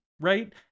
right